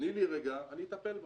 'תני לי רגע, אני אטפל בה'.